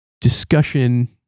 discussion